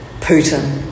Putin